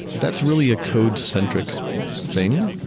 but that's really a code-centric thing.